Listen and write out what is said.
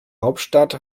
hauptstadt